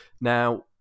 Now